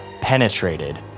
penetrated